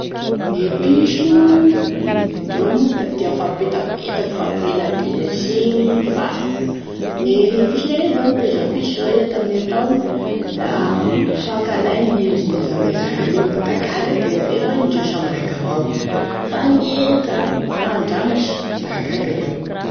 Gne piso, indreo moa da tia mifampipetapetaky mifampileladelatry igny, fa gne gne pisonay io zany iay niteza piso za iay tamin'ny herintaogny da mifankalaigny e endriny izy ame zanany io, da gaga an-tegna anefa indreo samy raiky avao, mifagniagny ka mifandramatry da gaga iaho.